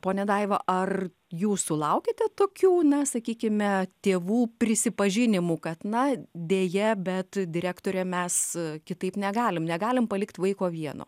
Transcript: ponia daiva ar jūs sulaukiate tokių na sakykime tėvų prisipažinimų kad na deja bet direktore mes kitaip negalim negalim palikt vaiko vieno